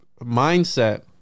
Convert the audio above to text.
mindset